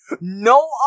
No